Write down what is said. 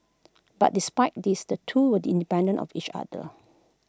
but despite this the two were D independent of each other